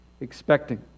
expecting